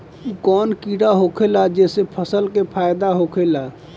उ कौन कीड़ा होखेला जेसे फसल के फ़ायदा होखे ला?